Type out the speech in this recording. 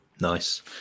Nice